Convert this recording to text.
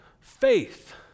faith